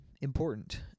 important